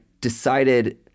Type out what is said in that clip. decided